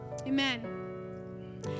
Amen